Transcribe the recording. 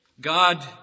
God